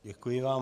Děkuji vám.